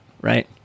Right